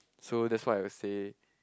so that's why I say